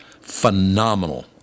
Phenomenal